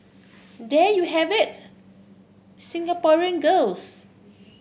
there you have it Singaporean girls